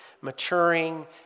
maturing